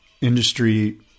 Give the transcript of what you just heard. industry